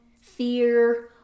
fear